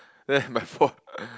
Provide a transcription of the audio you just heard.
then my fault